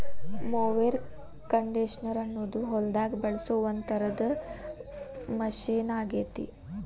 mower conditioner ಅನ್ನೋದು ಹೊಲದಾಗ ಬಳಸೋ ಒಂದ್ ತರದ ಮಷೇನ್ ಆಗೇತಿ